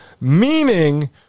meaning